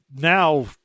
now